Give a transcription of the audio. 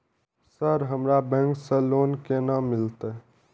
Sir हमरा bank से loan केना मिलते?